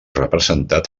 representat